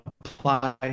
apply